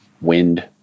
wind